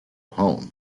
home